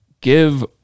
give